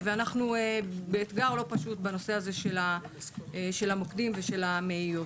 ואנחנו באתגר לא פשוט בנושא הזה של המוקדים ושל המהירות.